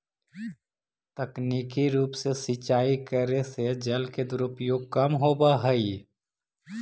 तकनीकी रूप से सिंचाई करे से जल के दुरुपयोग कम होवऽ हइ